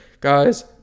Guys